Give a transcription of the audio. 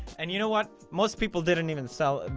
and you know what? most people didn't even sell.